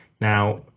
Now